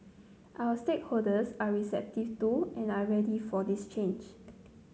our stakeholders are receptive to and are ready for this change